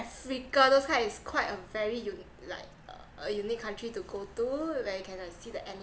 africa those kind is quite a very u~ like uh unique country to go to where you can like see the animal